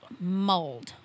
mold